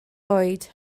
oed